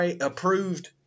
approved